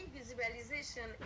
visualization